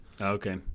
Okay